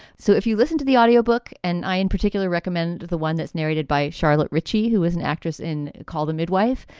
so if you listen to the audio book and i in particular recommend the one that's narrated by charlotte ritchie, who is an actress in call the midwife,